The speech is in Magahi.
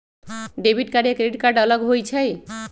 डेबिट कार्ड या क्रेडिट कार्ड अलग होईछ ई?